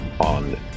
on